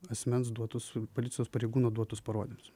asmens duotus policijos pareigūno duotus parodymus